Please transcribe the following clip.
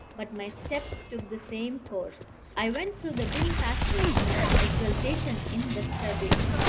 but my steps took the same course i went through the dim passages in an exaltation indescribable,